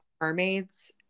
mermaids